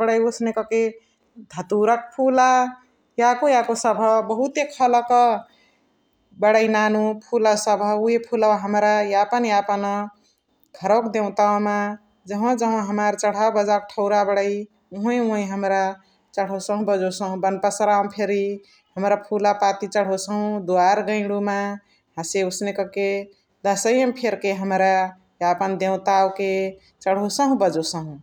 भेम्हला, मुस्लेणि, तुती याको याको याको फेरी बणइ ।